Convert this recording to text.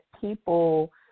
people